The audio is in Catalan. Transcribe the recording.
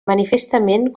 manifestament